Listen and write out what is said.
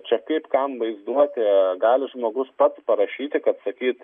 čia kaip kam vaizduotė gali žmogus pats parašyti kad sakyt